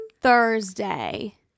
Thursday